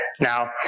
now